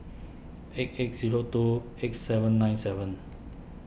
eight eight zero two eight seven nine seven